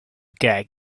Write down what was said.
gag